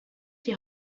die